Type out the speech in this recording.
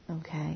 Okay